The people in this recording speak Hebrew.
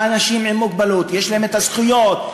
שאנשים עם מוגבלות יש להם הזכויות,